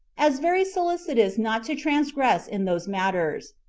as very solicitous not to transgress in those matters.